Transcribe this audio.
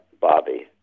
Bobby